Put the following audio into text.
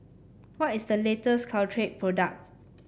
what is the latest Caltrate product